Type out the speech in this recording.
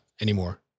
anymore